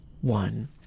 one